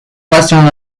western